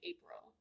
April